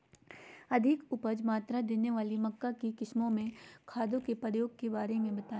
अधिक उपज मात्रा देने वाली मक्का की किस्मों में खादों के प्रयोग के बारे में बताएं?